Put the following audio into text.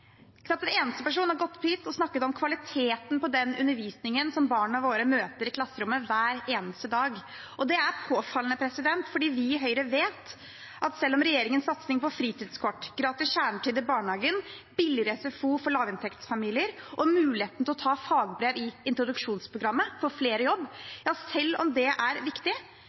en eneste person har gått opp hit og snakket om kvaliteten på den undervisningen som barna våre møter i klasserommet hver eneste dag. Det er påfallende fordi vi i Høyre vet at selv om regjeringens satsing på fritidskort, gratis kjernetid i barnehagen, billigere SFO for lavinntektsfamilier og muligheten til å ta fagbrev i introduksjonsprogrammet – få flere i jobb – er viktig, er det